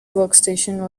workstation